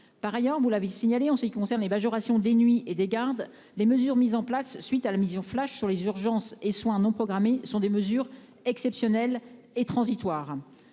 Par ailleurs, vous l'avez signalé, en ce qui concerne les majorations des nuits et des gardes, les mesures mises en oeuvre à la suite de la mission flash sur les urgences et les soins non programmés sont exceptionnelles et transitoires.